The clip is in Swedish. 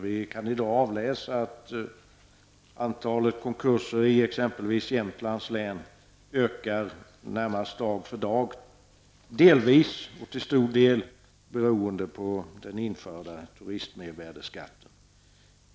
Vi kan avläsa att antalet konkurser i exempelvis Jämtlands län ökar i det närmaste dag för dag, till stor del beroende på den införda turistmervärdeskatten.